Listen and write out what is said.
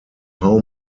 how